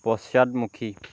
পশ্চাদমুখী